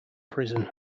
prison